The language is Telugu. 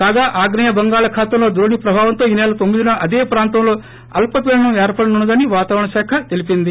కాగా ఆగ్నేయ బంగాళాఖాతంలో ద్రోణి ప్రభావంతో ఈనెల తొమ్మి దిన అదే ప్రాంతంలో అల్సపీడనం ఏర్పడనున్న దని వాతావరణ శాఖ తెలిపింది